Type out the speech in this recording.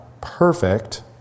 perfect